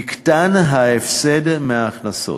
יקטן ההפסד מההכנסות.